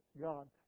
God